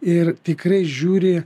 ir tikrai žiūri